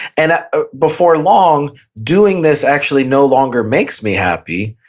and ah ah before long doing this actually no longer makes me happy.